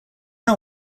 now